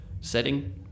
setting